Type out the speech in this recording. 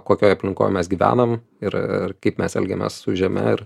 kokioje aplinkoj mes gyvenam ir kaip mes elgiamės su žeme ir